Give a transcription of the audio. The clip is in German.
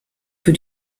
für